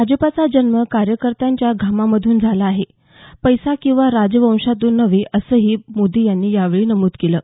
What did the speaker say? भाजपचा जन्म कार्यकर्त्यांच्या घामामधून झाला आहे पैसा किंवा राजवंशातून नव्हे असंही मोदी यांनी यावेळी नमुद केलं आहे